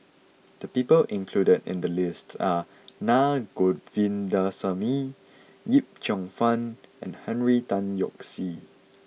the people included in the list are Na Govindasamy Yip Cheong Fun and Henry Tan Yoke See